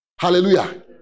Hallelujah